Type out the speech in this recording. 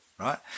Right